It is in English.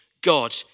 God